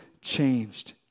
changed